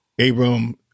Abram